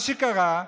מה שקרה,